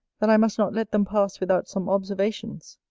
that i must not let them pass without some observations.